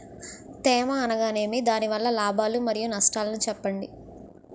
తేమ అనగానేమి? దాని వల్ల లాభాలు మరియు నష్టాలను చెప్పండి?